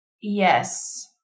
Yes